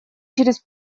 через